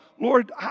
Lord